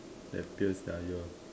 that pierce their ear